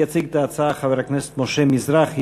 יציג את ההצעה חבר הכנסת משה מזרחי,